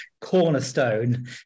cornerstone